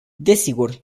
desigur